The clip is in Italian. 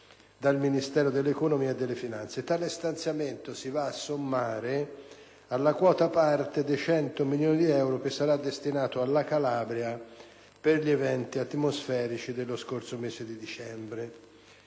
dal Ministero dell'economia e delle finanze. Tale stanziamento si va a sommare alla quota parte di 100 milioni di euro destinati alla Calabria per gli eventi atmosferici dello scorso mese di dicembre.